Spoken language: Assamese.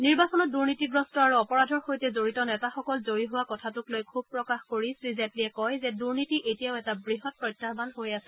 নিৰ্বাচনত দুৰ্নীতিগ্ৰস্ত আৰু অপৰাধৰ সৈতে জড়িত নেতাসকল জয় হোৱা কথাটোক লৈ ক্ষোভ প্ৰকাশ কৰি শ্ৰীজেটলীয়ে কয় যে দুৰ্নীতি এতিয়াও এটা বৃহৎ প্ৰত্যাহান হৈ আছে